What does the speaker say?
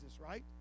right